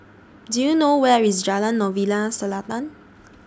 Do YOU know Where IS Jalan Novena Selatan